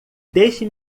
deixe